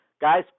Guys